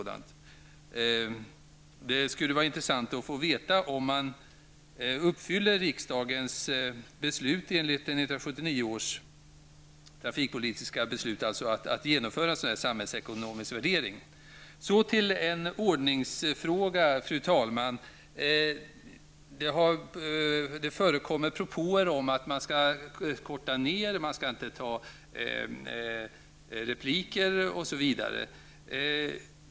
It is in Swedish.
Det skulle vara intressant att få veta om man uppfyller 1979 års trafikpolitiska beslut i riksdagen om att genomföra en sådan samhällsekonomisk värdering. Sedan till en ordningsfråga, fru talman. Det förekommer propåer om att man skall korta ner sina anföranden och att man inte skall ta repliker osv.